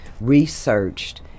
researched